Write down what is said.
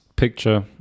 picture